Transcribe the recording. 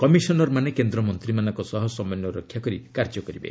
କମିଶନର୍ମାନେ କେନ୍ଦ୍ରମନ୍ତ୍ରୀମାନଙ୍କ ସହ ସମନ୍ୱୟ ରକ୍ଷାକରି କାର୍ଯ୍ୟ କରିବେ